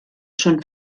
schon